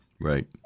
Right